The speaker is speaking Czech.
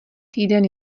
týden